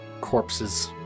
corpses